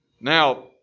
Now